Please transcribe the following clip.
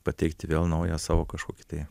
pateikti vėl naują savo kažkokį tai